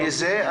בלי זה,